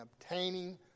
obtaining